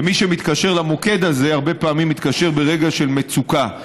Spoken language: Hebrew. ומי שמתקשר למוקד הזה הרבה פעמים מתקשר ברגע של מצוקה.